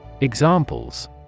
Examples